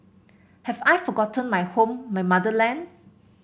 have I forgotten my home my motherland